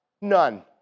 None